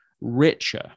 richer